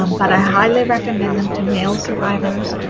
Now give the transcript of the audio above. um but i highly recommend them to male survivors,